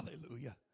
Hallelujah